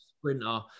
sprinter